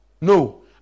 No